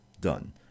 done